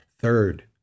Third